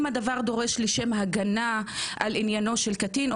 אם הדבר דורש לשם הגנה על עניינו של קטין,